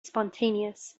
spontaneous